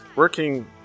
Working